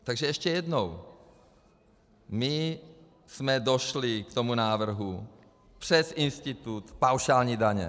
Takže ještě jednou: My jsme došli k tomu návrhu přes institut paušální daně.